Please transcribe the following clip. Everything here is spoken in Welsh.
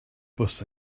bws